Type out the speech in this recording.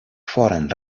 foren